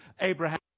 Abraham